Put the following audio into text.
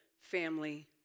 family